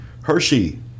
Hershey